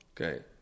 Okay